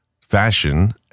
fashion